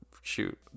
shoot